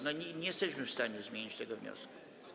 No nie jesteśmy w stanie zmienić tego wniosku.